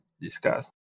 discuss